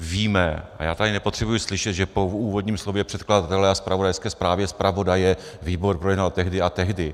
Víme a já tady nepotřebuji slyšet, že po úvodním slově předkladatele a zpravodajské zprávě zpravodaje výbor projednal tehdy a tehdy.